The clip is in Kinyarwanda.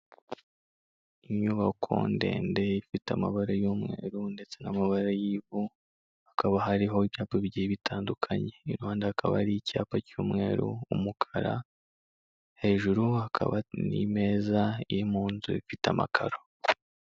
Inyubako ndende ifite amabara y'umweru ndetse n'amabara y'ivu, hakaba hariho ibyapa bigiye bitandukanye. Iruhande hakaba hariho icyapa cy'umweru n'umukara, hejuru hakaba n'imeza iri mu nzu ifite amakaro.